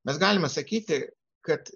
mes galime sakyti kad